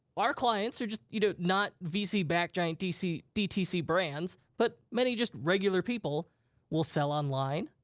our clients are just you know not vc-backed giant dtc dtc brands, but many just regular people will sell online,